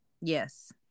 Yes